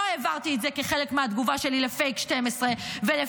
לא העברתי את זה כחלק מהתגובה שלי לפייק 12 ולפייק